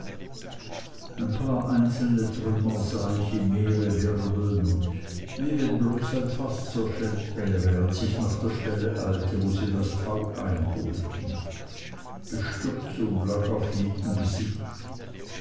ein paar einzelne trümmer sah ich im meere wirbeln wie wenn bloß ein faß zerschellt wäre als ich nach der stelle eilte wo sie das tau einholten bestürzung lag auf jedem gesicht